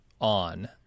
on